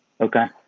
okay